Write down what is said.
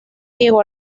diego